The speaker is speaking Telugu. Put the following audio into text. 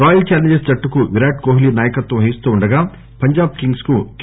రాయల్ ఛాలెంజర్ప్ జట్టుకు విరాట్ కోహ్లీ నాయకత్వం వహిస్తుండగా పంజాబ్ కింగ్ప్ కు కె